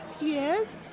Yes